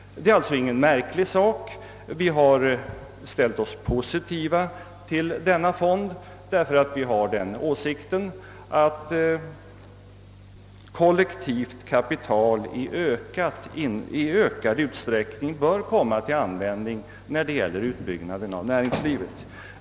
Det är alltså ingen märklig sak. Vi har ställt oss positiva till denna form därför att vi har den åsikten att kollektivt kapital i ökad utsträckning bör komma till användning när det gäller utbyggnaden av näringslivet.